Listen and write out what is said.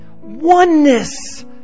Oneness